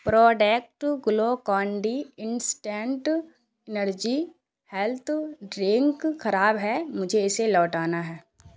product Glucon D instant energy health drink خراب ہے مجھے اسے لوٹانا ہیں